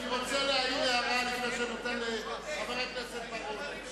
אני רוצה להעיר הערה לפני שאני נותן לחבר הכנסת בר-און.